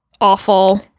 awful